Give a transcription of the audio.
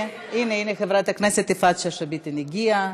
הנה, הנה חברת הכנסת יפעת שאשא ביטון הגיעה.